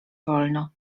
wolno